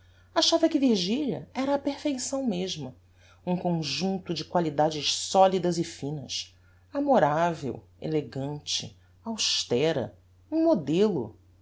achava que virgilia era a perfeição mesma um conjunto de qualidades